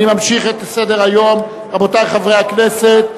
אני ממשיך בסדר-היום, רבותי חברי הכנסת.